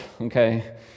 okay